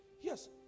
yes